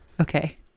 Okay